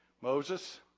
Moses